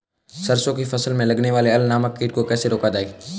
सरसों की फसल में लगने वाले अल नामक कीट को कैसे रोका जाए?